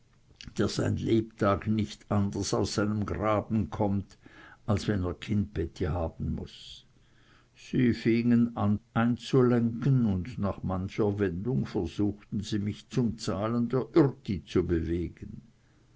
der sein lebtag nie anders aus seinem graben kömmt als wenn er kindbetti haben muß sie fingen an einzulenken und nach mancher wendung versuchten sie mich zum zahlen der üerti zu bewegen